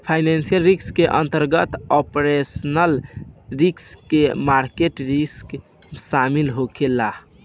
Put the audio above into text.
financial risk के अंतर्गत operational risk आ मार्केट रिस्क शामिल होखे ला